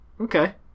Okay